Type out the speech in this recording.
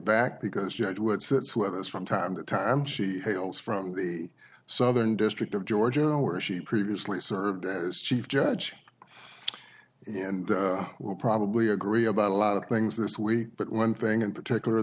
back because judge would sits with us from time to time she hails from the southern district of georgia where she previously served as chief judge and will probably agree about a lot of things this week but one thing in particular